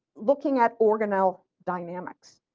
looking at organelle dynamics.